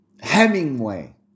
Hemingway